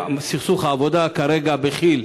סכסוך העבודה כרגע בכי"ל,